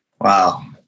Wow